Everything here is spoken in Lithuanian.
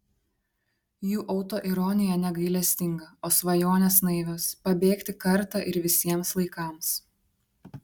jų autoironija negailestinga o svajonės naivios pabėgti kartą ir visiems laikams